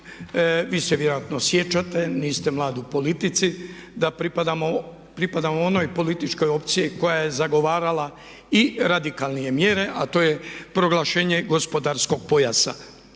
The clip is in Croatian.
vi se vjerojatno sjećate, niste mlad u politici, da pripadamo onoj političkoj opciji koja je zagovarala i radikalnije mjere a to je proglašenje gospodarskog pojasa.